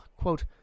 quote